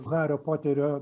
hario poterio